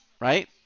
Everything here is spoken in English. right